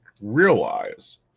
realize